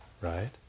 right